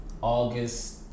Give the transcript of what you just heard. August